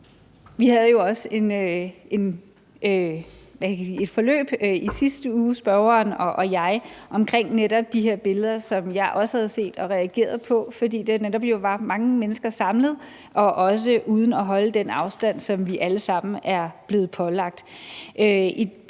jeg havde jo også et forløb i sidste uge omkring netop de her billeder, som jeg også havde set og reageret på, fordi der jo netop var mange mennesker samlet, også uden at holde den afstand, som vi alle sammen er blevet pålagt.